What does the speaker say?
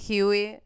Huey